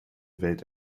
welt